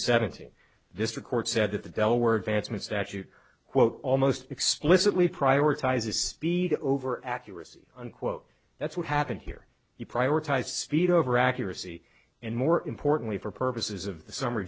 seventeen this record said that the delaware vance made statute quote almost explicitly prioritizes speed over accuracy unquote that's what happened here you prioritize speed over accuracy and more importantly for purposes of